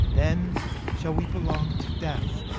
then shall we belong to death!